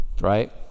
Right